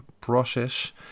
process